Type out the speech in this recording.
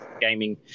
gaming